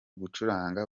gucukura